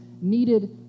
needed